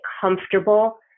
comfortable